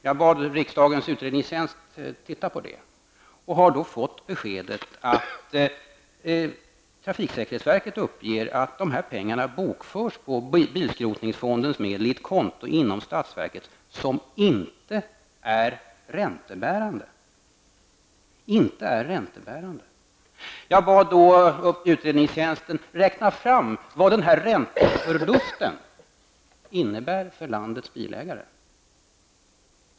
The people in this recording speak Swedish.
Jag har bett riksdagens utredningstjänst titta på detta och har fått beskedet att man från trafiksäkerhetsverket uppger att de här pengarna bokförs på bilskrotningsfondens medelkonto. Det handlar om ett konto inom statsverket som inte är räntebärande. Jag bad då utredningstjänsten att räkna på vad den här ränteförlusten betyder för landets bilägare.